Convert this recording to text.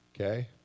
okay